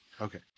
Okay